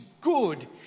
good